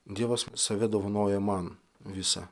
dievas save dovanoja man visą